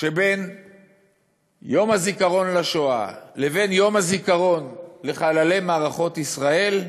שבין יום הזיכרון לשואה לבין יום הזיכרון לחללי מערכות ישראל,